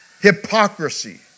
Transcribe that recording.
Hypocrisy